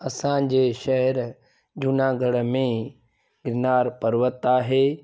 असांजे शहर जूनागढ़ में गिरनार पर्वत आहे